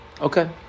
Okay